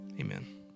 Amen